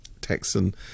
Texan